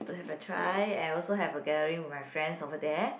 to have a try and also have a gathering with my friends over there